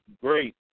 great